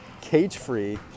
cage-free